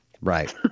Right